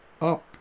up